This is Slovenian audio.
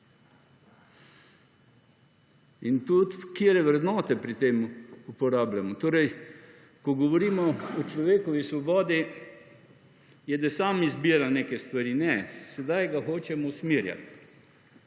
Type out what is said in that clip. In tudi katere vrednote pri tem uporabljamo? Torej ko govorimo o človekovi svobodi, je, da sam izbira neke stvari. Ne, sedaj ga hočemo usmerjati